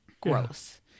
gross